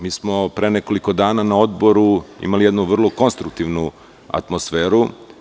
Mi smo pre nekoliko dana na odboru imali jednu vrlo konstruktivnu atmosferu.